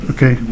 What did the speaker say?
Okay